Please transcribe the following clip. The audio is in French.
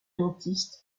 dentiste